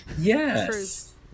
Yes